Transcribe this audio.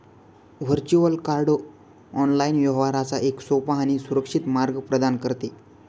virtual card online व्यवहारांचा एक सोपा आणि सुरक्षित मार्ग प्रदान करते